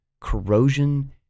corrosion